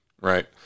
Right